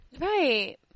Right